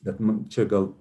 bet man čia gal